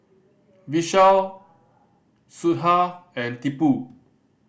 Vishal Sudhir and Tipu